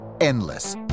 endless